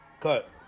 Cut